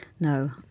No